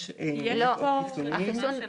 יש עוד חיסונים שנרצה בהמשך.